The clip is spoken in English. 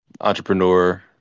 entrepreneur